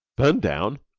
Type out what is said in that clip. burned down?